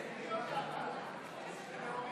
להצביע.